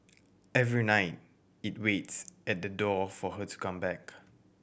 every night it waits at the door for her to come back